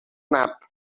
nap